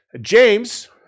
James